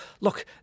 look